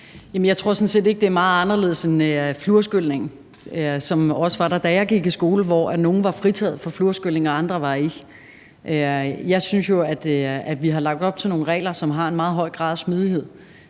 set ikke, at det er meget anderledes end fluorskylning, som også var der, da jeg gik i skole, hvor nogle var fritaget fra fluorskylning og andre ikke var. Jeg synes jo, at vi har lagt op til nogle regler, som har en meget høj grad af smidighed,